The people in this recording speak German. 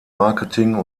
marketing